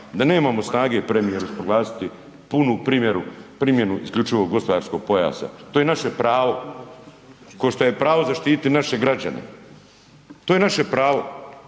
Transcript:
da nemamo snage premijeru proglasiti punu primjenu isključivog gospodarskog pojasa. To je naše pravo kao što je pravo zaštiti naše građane. To je naše pravo